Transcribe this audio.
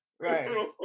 Right